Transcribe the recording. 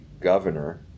governor